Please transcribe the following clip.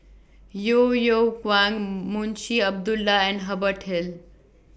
Yeo Yeow Kwang Munshi Abdullah and Hubert Hill